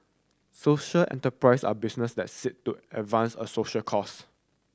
social enterprise are business that seek to advance a social cause